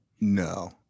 No